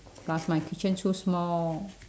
plus my kitchen so small